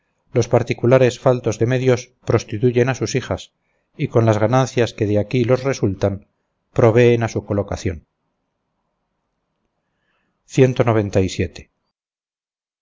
los particulares faltos de medios prostituyen a sus hijas y con las ganancias que de aquí los resultan proveen a su colocación